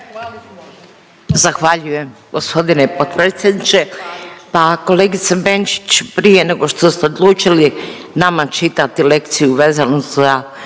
Zahvaljujem g. potpredsjedniče. Pa kolegice Benčić, prije nego što ste odlučili nama čitati lekciju vezanu